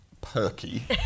perky